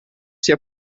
sia